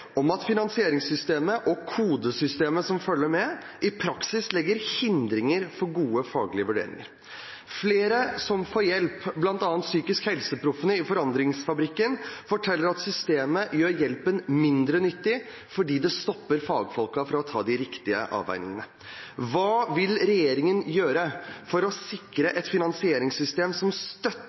om at finansieringssystemet og kodesystemet i praksis legger hindringer for gode faglige vurderinger. Flere som får hjelp, forteller at systemet gjør hjelpen mindre nyttig. Hva vil regjeringen gjøre for å sikre et finansieringssystem som støtter god faglig behandling i stedet for å